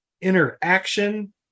Interaction